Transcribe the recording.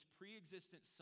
pre-existent